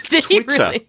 Twitter